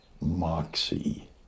moxie